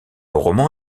roman